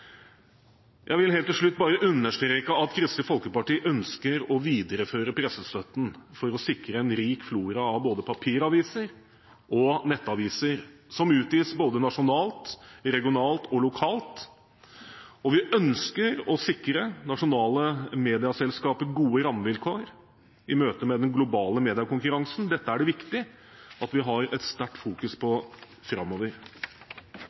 Jeg vil helt til slutt bare understreke at Kristelig Folkeparti ønsker å videreføre pressestøtten for å sikre en rik flora av både papiraviser og nettaviser som utgis både nasjonalt, regionalt og lokalt, og vi ønsker å sikre nasjonale medieselskaper gode rammevilkår i møtet med den globale mediekonkurransen. Dette er det viktig at vi fokuserer sterkt på framover.